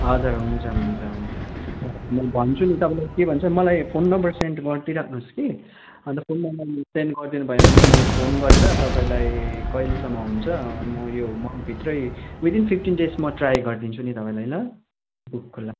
हजुर हुन्छ हुन्छ हुन्छ म भन्छु नि तपाईँलाई के भन्छ मलाई फोन नम्बर सेन्ड गरिदिइराख्नुहोस कि अन्त फोन नम्बर सेन्ड गरिदिनु भयो भने म फोन गरेर तपाईँलाई कहिलेसम्म हुन्छ म यो मन्थ भित्रै विथइन फिफ्टिन डेज म ट्राई गरिदिन्छु नि तपाईँलाई ल बुकको लागि